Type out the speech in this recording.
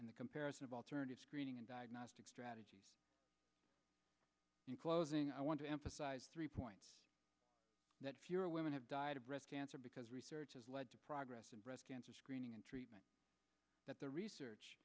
in the comparison of alternative screening and diagnostic strategies in closing i want to emphasize three points that fewer women have died of breast cancer because research has led to progress in breast cancer screening and treatment that the research